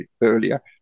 earlier